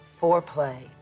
foreplay